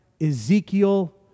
Ezekiel